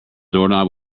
doorknob